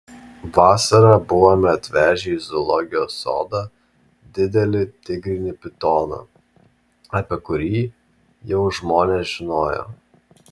vasarą buvome atvežę į zoologijos sodą didelį tigrinį pitoną apie kurį jau žmonės žinojo